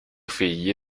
figli